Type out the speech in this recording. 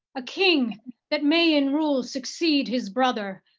a king that may in rule succeed his brother.